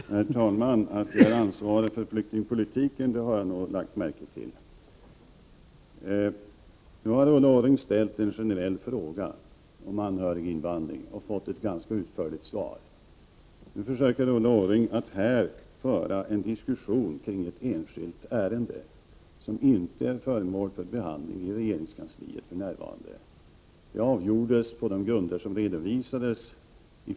Herr talman! Att jag har ansvaret för flyktingpolitiken har jag nog lagt märke till. Ulla Orring har ställt en generell fråga om anhöriginvandring, och hon har fått ett ganska utförligt svar. Nu försöker Ulla Orring föra en diskussion kring ett enskilt ärende som för närvarande inte är föremål för behandling i regeringskansliet. Ärendet avgjordes i februari i år på de grunder som redovisades.